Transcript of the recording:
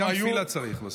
גם תפילה צריך בסוף.